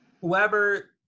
whoever